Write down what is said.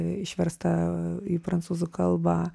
išversta į prancūzų kalbą